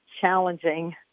challenging